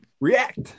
React